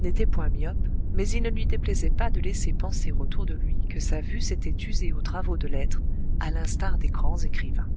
n'était point myope mais il ne lui déplaisait pas de laisser penser autour de lui que sa vue s'était usée aux travaux de lettres à l'instar des grands écrivains